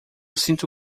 sinto